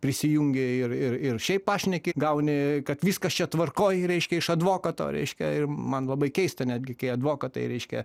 prisijungi ir ir ir šiaip pašneki gauni kad viskas čia tvarkoj reiškia iš advokato reiškia ir man labai keista netgi kai advokatai reiškia